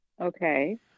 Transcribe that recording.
Okay